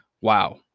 wow